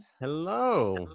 Hello